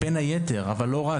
בין היתר, אבל לא רק.